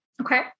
Okay